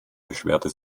beschwerte